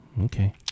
okay